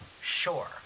Sure